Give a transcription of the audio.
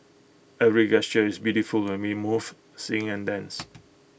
every gesture is beautiful when we move sing and dance